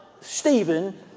Stephen